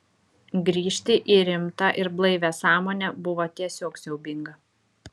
grįžti į rimtą ir blaivią sąmonę buvo tiesiog siaubinga